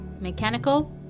mechanical